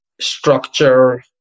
structure